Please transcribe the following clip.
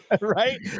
Right